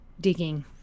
digging